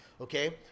okay